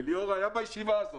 וליאור היה בישיבה הזאת,